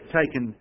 taken